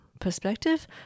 perspective